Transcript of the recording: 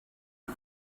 out